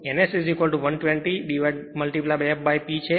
તે n S120 fP છે